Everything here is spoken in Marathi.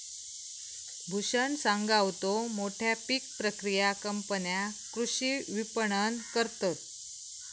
भूषण सांगा होतो, मोठ्या पीक प्रक्रिया कंपन्या कृषी विपणन करतत